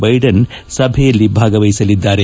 Biden ಸಭೆಯಲ್ಲಿ ಭಾಗವಹಿಸಲಿದ್ದಾರೆ